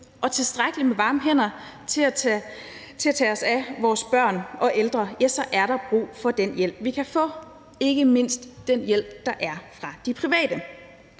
og tilstrækkeligt med varme hænder til at tage sig af vores børn og ældre, ja, så er der brug for den hjælp, vi kan få – ikke mindst den hjælp, der er fra de private.